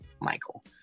Michael